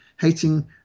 hating